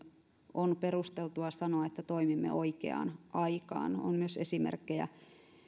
on perusteltua sanoa että toimimme oikeaan aikaan on myös esimerkkejä